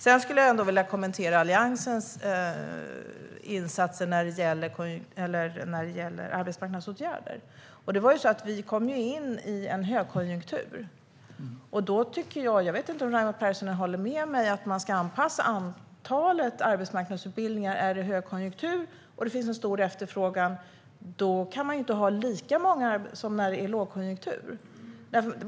Sedan skulle jag vilja kommentera Alliansens insatser när det gäller arbetsmarknadsåtgärder. Vi kom in i en högkonjunktur. Jag vet inte om Raimo Pärssinen håller med mig om att man ska anpassa antalet arbetsmarknadsutbildningar. Är det högkonjunktur och det finns en stor efterfrågan kan man inte ha lika många som när det är lågkonjunktur.